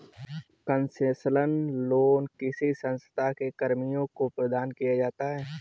concessional loan किसी संस्था के कर्मियों को प्रदान किया जाता है